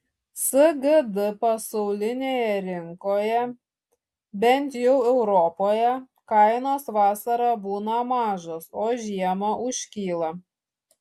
sgd pasaulinėje rinkoje bent jau europoje kainos vasarą būna mažos o žiemą užkyla